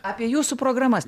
apie jūsų programas